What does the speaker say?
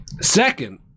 Second